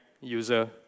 user